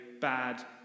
bad